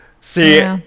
See